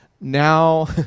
now